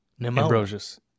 Ambrosius